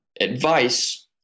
advice